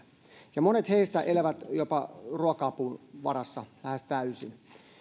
monet heistä elävät jopa ruoka avun varassa lähes täysin